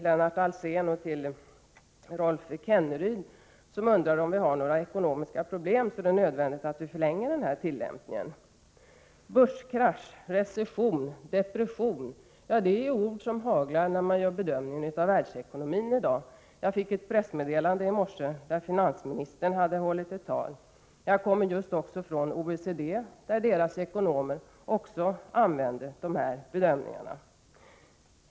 Lennart Alsén och Rolf Kenneryd undrar om vi har några ekonomiska problem, så att det är nödvändigt att vi förlänger den här tillämpningen. Börskrasch, recession, depression — det är ord som haglar när man gör bedömningen av världsekonomin i dag. Jag fick ett pressmeddelande i morse om ett tal som finansministern hade hållit. Jag kommer också just från OECD, och dess ekonomer använde också de här bedömningarna.